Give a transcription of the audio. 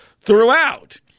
throughout